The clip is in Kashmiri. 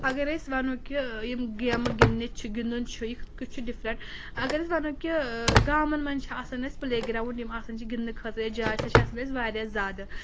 اَگر أسۍ وَنو کہِ یِم گیمہٕ گنٛدنہِ چھِ گنٛدُن چھُ یہِ کِتھ کٔنۍ چھُ ڈِفرنٛٹ اَگر أسۍ وَنو کہِ گامَن منٛز چھُ آسان اَسہِ پٕلے گراوُنٛڈ یِم آسان چھِ گنٛدنہٕ خٲطرٕ یا جاے سۄ چھےٚ آسان اَسہِ واریاہ زیادٕ